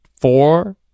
four